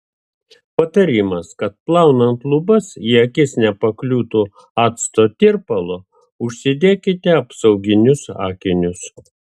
patarimas kad plaunant lubas į akis nepakliūtų acto tirpalo užsidėkite apsauginius akinius